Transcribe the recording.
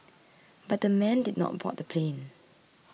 but the men did not board the plane